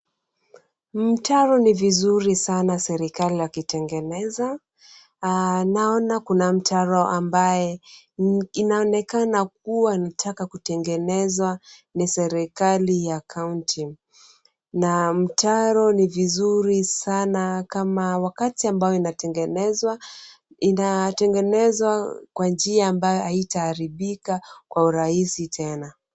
Mtaro ni vizuri sana serikali ikiitengeneza. Naona kuna mtaro ambao ni inaoonekana kuwa unataka kutengenezwa na serikali ya kaunti. Na mtaro ni vizuri sana, kama wakati ambayo inatengenezwa, inatengenezwa kwa njia ambayo haitaharibika kwa urahisi tena.